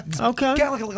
Okay